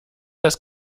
das